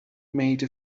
made